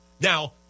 Now